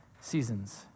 seasons